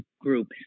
group